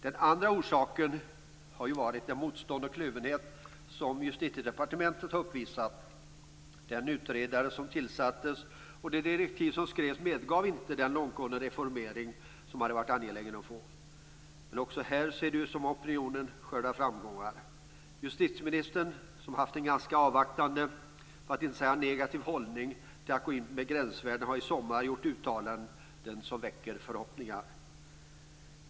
Den andra orsaken har varit det motstånd och den kluvenhet som Justitiedepartementet har uppvisat. Den utredare som tillsattes och de direktiv som skrevs medgav inte den långtgående reformering som hade varit angelägen att få. Men också här ser det ut som om opinionen skördar framgångar. Justitieministern, som har haft en ganska avvaktande, för att inte säga negativ hållning till gränsvärden, har i sommar gjort uttalanden som väcker förhoppningar.